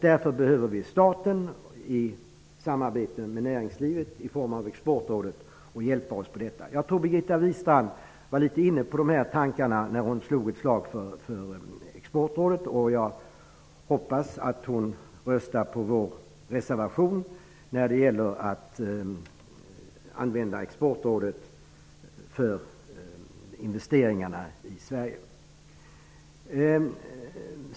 Därför behövs att staten, i samarbete med näringslivet i form av Exportrådet, hjälper oss med detta. Jag tror att Birgitta Wistrand var litet inne på de tankarna när hon slog ett slag för Exportrådet. Jag hoppas att hon röstar på vår reservation när det gäller att använda Exportrådet för marknadsföring av Sverige som investeringsland.